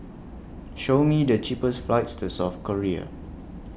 Show Me The cheapest flights to South Korea